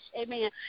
Amen